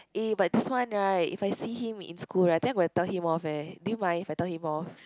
eh but this one [right] if I see him in school [right] I think I gonna tell him off eh do you mind if I tell him off